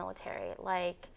military like